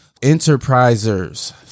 Enterprisers